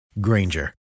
Granger